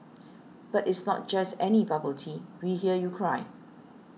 but it's not just any bubble tea we hear you cry